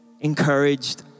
encouraged